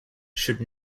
should